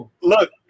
look